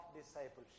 discipleship